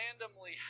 randomly